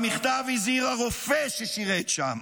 במכתב שנשלח לשרים, במכתב הזהיר הרופא ששירת שם,